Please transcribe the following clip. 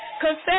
Confess